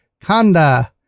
Kanda